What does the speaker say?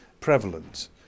prevalent